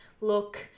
look